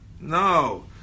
No